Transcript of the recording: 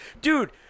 Dude